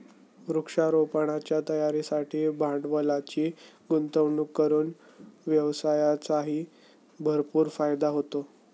वृक्षारोपणाच्या तयारीसाठी भांडवलाची गुंतवणूक करून व्यवसायाचाही भरपूर फायदा होतो